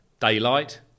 daylight